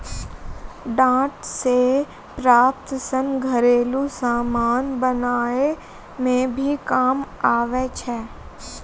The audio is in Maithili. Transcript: डांट से प्राप्त सन घरेलु समान बनाय मे भी काम आबै छै